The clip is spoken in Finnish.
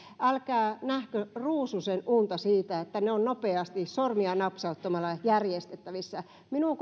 älkää nähkö ruususenunta siitä että ne ovat nopeasti sormia napsauttamalla järjestettävissä minun